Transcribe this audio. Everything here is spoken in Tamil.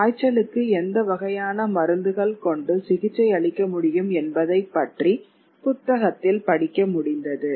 காய்ச்சலுக்கு எந்த வகையான மருந்துகள் கொண்டு சிகிச்சையளிக்க முடியும் என்பதைப் பற்றி புத்தகத்தில் படிக்க முடிந்தது